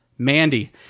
Mandy